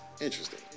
Interesting